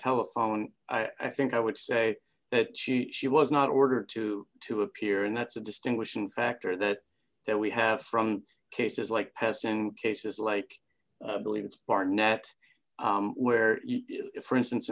telephone i think i would say that she she was not ordered to to appear and that's a distinguishing factor that that we have from cases like peston cases like believe it's barnett where for instance